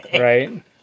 Right